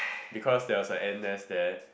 because there was an ant nest there